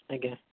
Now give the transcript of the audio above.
ଆଜ୍ଞା